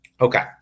okay